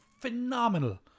phenomenal